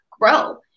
grow